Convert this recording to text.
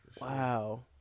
Wow